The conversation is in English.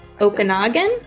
Okanagan